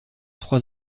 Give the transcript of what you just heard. trois